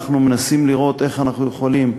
אנחנו מנסים לראות איך אנחנו יכולים,